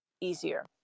easier